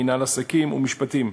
מינהל עסקים ומשפטים.